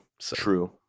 True